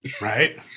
Right